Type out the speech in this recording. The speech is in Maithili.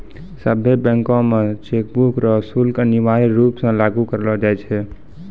सभ्भे बैंक मे चेकबुक रो शुल्क अनिवार्य रूप से लागू करलो जाय छै